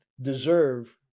deserve